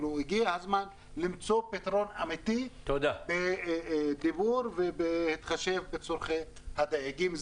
הגיע הזמן למצוא פתרון אמיתי בדיבור ובהתחשב בצורכי הדייגים.